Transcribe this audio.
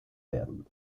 werden